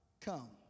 come